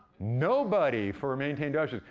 nobody for maintain dosage.